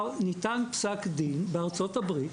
ניתן פסק דין בארצות הברית,